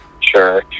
Sure